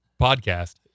podcast